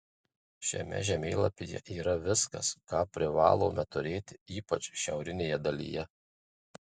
šiame žemėlapyje yra viskas ką privalome turėti ypač šiaurinėje dalyje